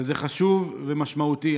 וזה חשוב ומשמעותי.